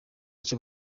icyo